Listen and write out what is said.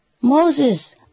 Moses